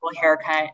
haircut